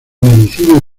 medicina